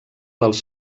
dels